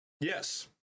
Yes